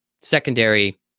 secondary